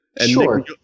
Sure